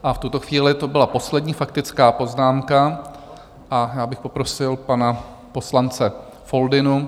V tuto chvíli to byla poslední faktická poznámka a já bych poprosil pana poslance Foldynu.